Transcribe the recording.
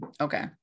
okay